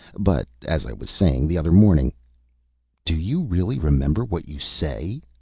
but, as i was saying the other morning do you really remember what you say?